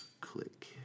click